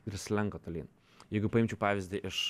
ir slenka tolyn jeigu paimčiau pavyzdį iš